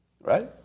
right